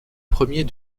premier